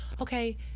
Okay